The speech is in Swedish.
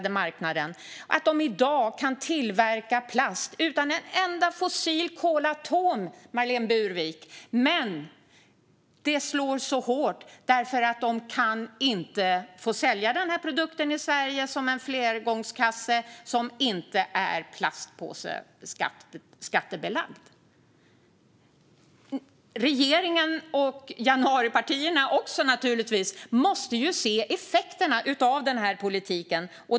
EU har satsat tiotals miljoner för att hjälpa de här företagen att komma in på den biobaserade marknaden, men de kan inte sälja den här produkten i Sverige som en flergångskasse som inte är plastpåseskattebelagd. Regeringen och januaripartierna måste se effekterna av den här politiken.